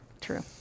True